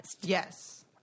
yes